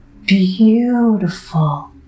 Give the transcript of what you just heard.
beautiful